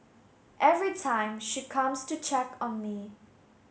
every time she comes to check on me